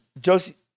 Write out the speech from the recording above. Josie